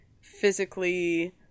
physically